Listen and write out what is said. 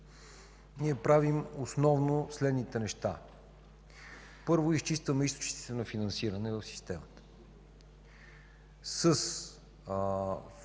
ние правим основно следните неща. Първо, изчистваме източниците на финансиране в системата. С конфигурирането